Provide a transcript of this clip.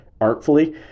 artfully